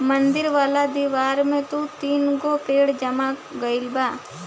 मंदिर वाला दिवार में दू तीन गो पेड़ जाम गइल बा